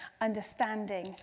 understanding